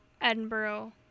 Edinburgh